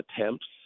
attempts